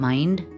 Mind